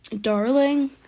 darling